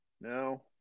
No